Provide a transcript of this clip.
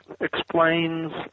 explains